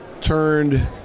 turned